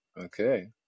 okay